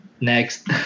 Next